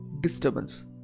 disturbance